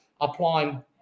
applying